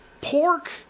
pork